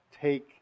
take